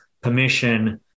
permission